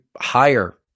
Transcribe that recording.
higher